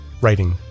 writing